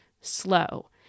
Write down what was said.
slow